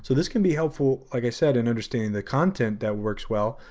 so this can be helpful, like i said, in understanding the content that works well,